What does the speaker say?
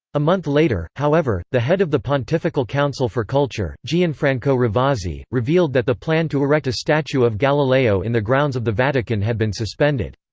a month later, however, the head of the pontifical council for culture, gianfranco ravasi, revealed that the plan to erect a statue of galileo in the grounds of the vatican had been suspended.